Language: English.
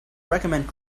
recommend